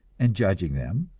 and judging them,